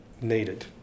needed